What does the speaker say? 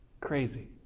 Crazy